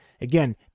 Again